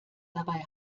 dabei